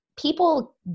People